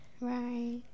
Right